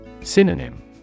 Synonym